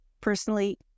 personally